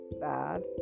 bad